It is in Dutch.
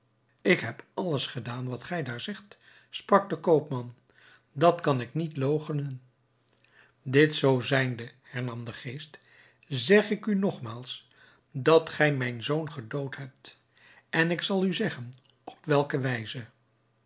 ik heb alles gedaan wat gij daar zegt sprak de koopman dat kan ik niet loochenen dit zoo zijnde hernam de geest zeg ik u nogmaals dat gij mijn zoon gedood hebt en ik zal u zeggen op welke wijze